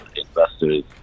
Investors